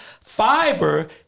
Fiber